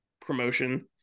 promotion